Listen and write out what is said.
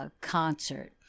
concert